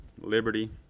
liberty